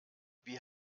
wie